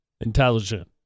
intelligent